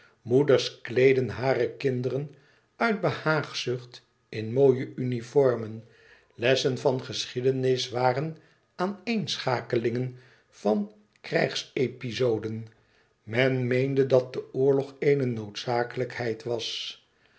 moeders kleedden hunne kinderen uit behaag zucht in mooie uniformen lessen van geschiedenis waren aaneenschakelingen van krijgsepizoden men meende dat de oorlog eene noodzakelijkheid was